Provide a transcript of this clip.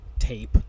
tape